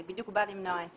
זה בדיוק בא למנוע את